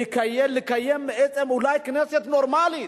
לקיים אולי כנסת נורמלית,